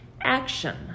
action